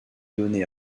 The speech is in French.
données